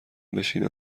بشینین